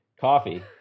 coffee